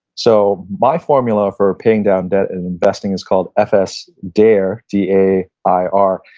so my formula for paying down debt and investing is called f s. dair, d a i r.